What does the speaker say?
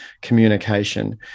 communication